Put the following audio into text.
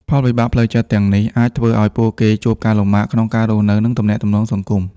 ផលវិបាកផ្លូវចិត្តទាំងនេះអាចធ្វើឲ្យពួកគេជួបការលំបាកក្នុងការរស់នៅ និងទំនាក់ទំនងសង្គម។